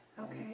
Okay